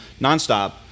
nonstop